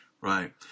Right